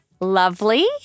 lovely